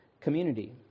community